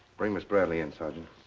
bring miss bradley in, sergeant.